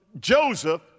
Joseph